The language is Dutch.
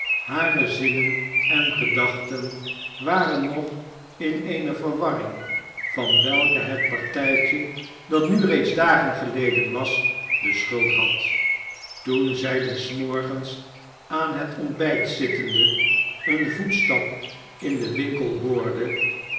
hare zinnen en gedachten waren nog in eene verwarring van welke het partijtje dat nu reeds dagen geleden was de schuld had toen zij des morgens aan het ontbijt zittende een voetstap in den winkel hoorde